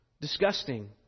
disgusting